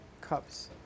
cups